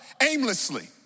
aimlessly